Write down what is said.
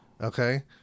Okay